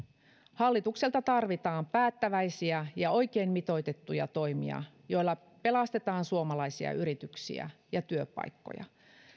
hallitukselta tarvitaan päättäväisiä ja oikein mitoitettuja toimia joilla pelastetaan suomalaisia yrityksiä ja työpaikkoja